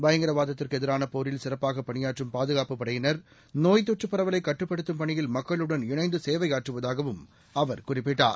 பயங்கரவாதத்திற்கு எதிரான போரில் சிறப்பாக பணியாற்றும் பாதுகாப்பு படையினர் நோய்த் தொற்று பரவலை கட்டுப்படுத்தும் பணியில் மக்களுடன் இணைந்து குறிப்பிட்டார்